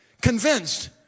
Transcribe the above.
convinced